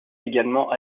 également